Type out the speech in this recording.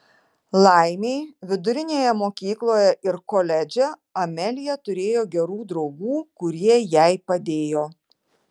laimei vidurinėje mokykloje ir koledže amelija turėjo gerų draugų kurie jai padėjo